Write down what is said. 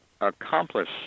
accomplish